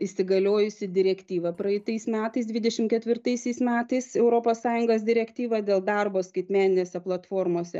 įsigaliojusi direktyva praeitais metais dvidešim ketvirtaisiais metais europos sąjungos direktyva dėl darbo skaitmeninėse platformose